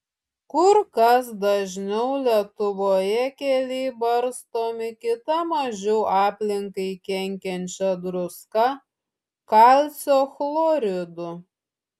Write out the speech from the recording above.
kur kas dažniau lietuvoje keliai barstomi kita mažiau aplinkai kenkiančia druska kalcio chloridu